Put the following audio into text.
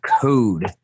code